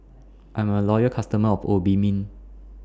I'm A Loyal customer of Obimin